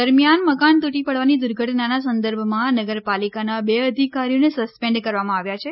દરમિયાન મકાન તૂટી પડવાની દુર્ધટનાના સંદર્ભમાં નગરપાલિકાના બે અધિકારીઓને સસ્પેન્ડ કરવામાં આવ્યા છે